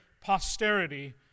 posterity